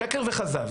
שקר וכזב.